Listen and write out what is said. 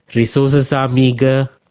resources are meagre,